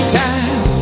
time